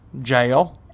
jail